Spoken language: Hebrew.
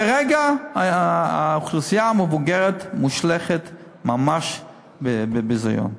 כרגע, האוכלוסייה המבוגרת מושלכת ממש בביזיון.